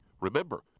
Remember